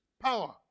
Power